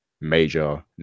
major